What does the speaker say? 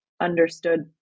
understood